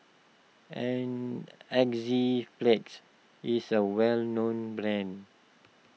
Enzyplex is a well known brand